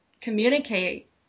communicate